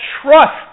trust